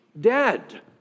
dead